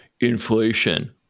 Inflation